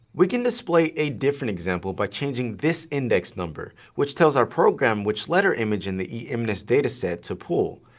we can display a different example by changing this index number, which tells our program which letter image in the emnist dataset to pull.